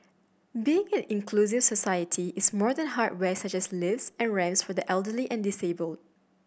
being an inclusive society is more than hardware such as lifts and ramps for the elderly and disabled